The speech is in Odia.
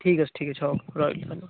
ଠିକ୍ ଅଛି ଠିକ୍ ଅଛି ହଉ ରହିଲି